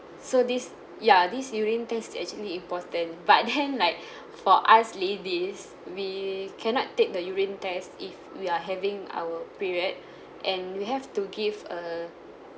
so this yeah this urine test is actually important but then like for us ladies we cannot take the urine test if we are having our period and we have to give a